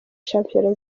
shampiyona